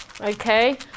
okay